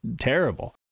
terrible